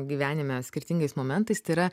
gyvenime skirtingais momentais tai yra